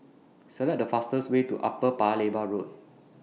Select The fastest Way to Upper Paya Lebar Road